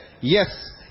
yes